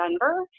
Denver